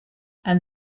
and